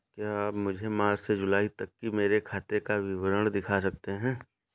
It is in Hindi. क्या आप मुझे मार्च से जूलाई तक की मेरे खाता का विवरण दिखा सकते हैं?